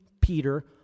Peter